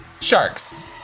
Sharks